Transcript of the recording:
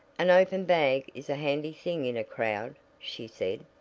an open bag is a handy thing in a crowd, she said.